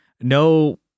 no